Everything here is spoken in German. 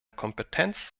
kompetenz